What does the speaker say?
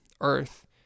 Earth